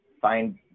find